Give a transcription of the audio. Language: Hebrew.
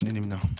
אני נמנע.